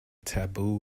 taboo